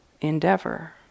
endeavor